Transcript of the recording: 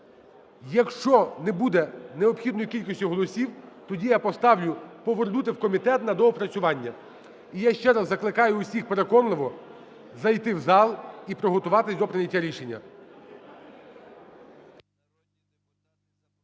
Якщо не буде необхідної кількості голосів, тоді я поставлю повернути в комітет на доопрацювання. І я ще раз закликаю усіх переконливо зайти в зал і приготуватися до прийняття рішення.